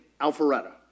Alpharetta